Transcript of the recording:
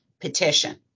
petition